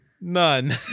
None